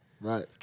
Right